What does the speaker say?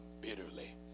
bitterly